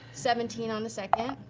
seventeen on the second.